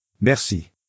Merci